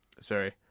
sorry